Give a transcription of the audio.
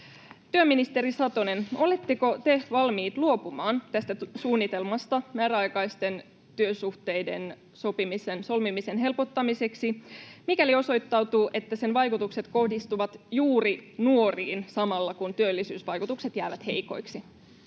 Työministeri Satonen, oletteko te valmiit luopumaan tästä suunnitelmasta määräaikaisten työsuhteiden solmimisen helpottamiseksi, mikäli osoittautuu, että sen vaikutukset kohdistuvat juuri nuoriin samalla, kun työllisyysvaikutukset jäävät heikoiksi?